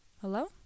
Hello